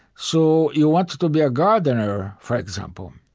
so you want to to be a gardener, for example.